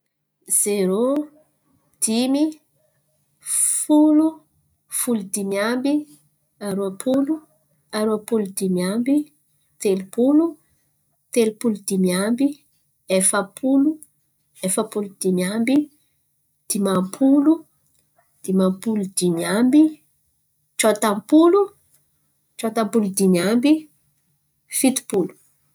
Zero, dimy, folo, folo dimy amby, roapolo, roapolo dimy amby, telopolo, telopolo dimy amby, efapolo, efapolo dimy amby, dimam-polo, dimam-polo dimy amby, tsôtam-polo, tsôtam-polo dimy amby, fito polo.